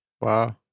wow